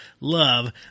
love